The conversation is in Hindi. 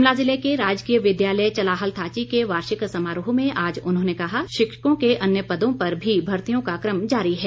शिमला ज़िले के राजकीय विद्यालय चलाहल थाची के वार्षिक समारोह में आज उन्होंने कहा कि शिक्षकों के अन्य पदों पर भी भर्तियों का क्रम जारी है